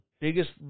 biggest